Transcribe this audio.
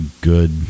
good